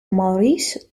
maurice